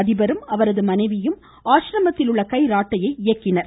அதிபரும் அவரது மனைவியும் ஆசிரமத்தில் உள்ள கை ராட்டையை இயக்கினர்